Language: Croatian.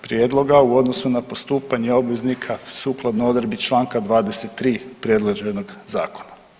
Prijedloga u odnosu na postupanje obveznika sukladno Odredbi članka 23. predloženog Zakona.